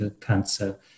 cancer